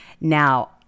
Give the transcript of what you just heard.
Now